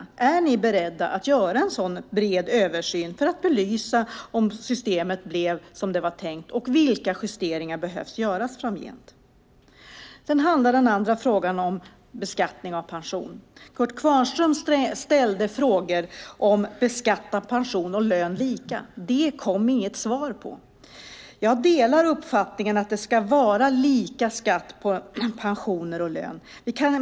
Min första fråga är om ni är beredda att göra en bred översyn för att belysa om systemet blev som det var tänkt och vilka justeringar som framgent behöver göras. Min andra fråga handlar om beskattningen av pension. Kurt Kvarnström ställde frågor om att beskatta pension och lön lika, men det kom inget svar. Jag delar uppfattningen att det ska vara lika skatt på pension och lön.